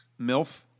MILF